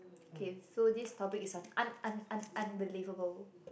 K so this topic is on un~ un~ un~ unbelievable